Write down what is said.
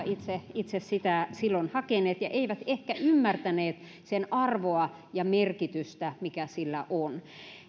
itse itse sitä silloin hakeneet eivät ehkä ymmärtäneet sen arvoa ja merkitystä mikä sillä on